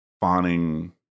fawning